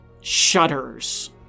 shudders